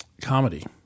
comedy